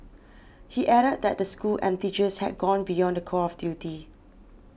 he added that the school and teachers had gone beyond the call of duty